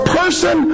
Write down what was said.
person